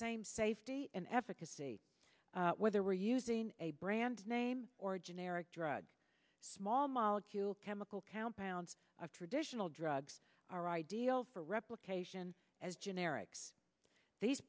same safety and efficacy whether we're using a brand name or a generic drug small molecule chemical compounds of traditional drugs are ideal for replication as generics these